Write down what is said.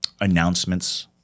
announcements